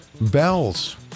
Bells